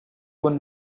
were